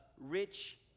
rich